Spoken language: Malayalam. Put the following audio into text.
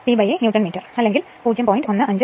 പി എ ന്യൂട്ടൺ മീറ്റർ അല്ലെങ്കിൽ 0